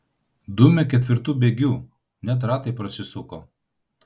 dūmė ketvirtu bėgiu net ratai prasisuko